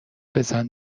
بزن